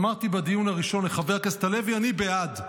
אמרתי בדיון הראשון לחבר הכנסת הלוי: אני בעד,